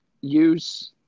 use